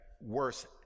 worse